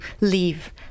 leave